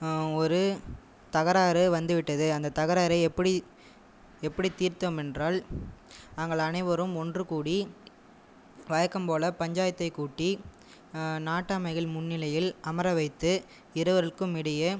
ஒரு தகராறு வந்துவிட்டது அந்த தகராறை எப்படி எப்படி தீர்த்தோம் என்றால் நாங்கள் அனைவரும் ஒன்று கூடி வழக்கம் போல் பஞ்சாயத்தை கூட்டி நாட்டாமைகள் முன்னிலையில் அமர வைத்து இருவருக்கும் இடையே